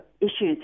issues